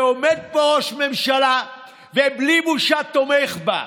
ועומד פה ראש ממשלה ובלי בושה תומך בה,